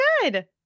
good